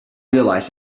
realised